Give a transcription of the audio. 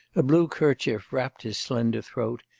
a blue kerchief wrapped his slender throat,